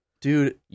Dude